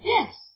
Yes